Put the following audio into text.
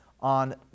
on